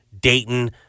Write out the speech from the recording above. Dayton